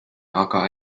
aga